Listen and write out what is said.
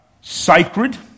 sacred